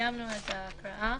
בסעיף 240א שבה,